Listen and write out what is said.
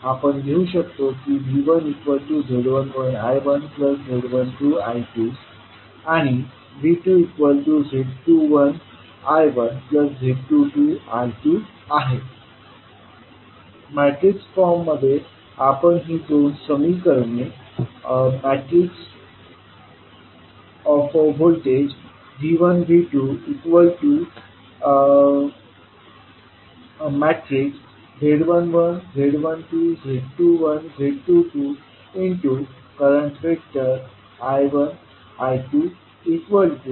आपण लिहू शकतो की V1z11I1z12I2 V2z21I1z22I2 आहे मॅट्रिक्स फॉर्ममध्ये आपण ही दोन समीकरणे V1 V2 z11 z12 z21 z22 I1 I2 zI1 I2 अशी दर्शवू शकतो